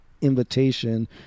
invitation